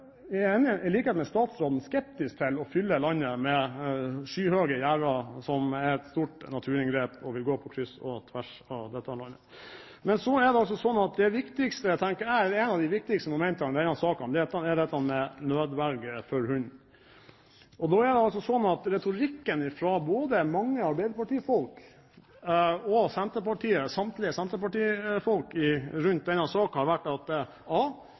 jeg, i likhet med statsråden, skeptisk til å fylle landet med skyhøye gjerder, som er et stort naturinngrep, og vil gå på kryss og tvers av landet. Men så er det altså slik, tenker jeg, at et av de viktigste momentene i denne saken er nødverge for hund. Da er det altså slik at retorikken, fra mange arbeiderpartifolk og samtlige senterpartifolk, om denne saken har vært a) at